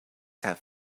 have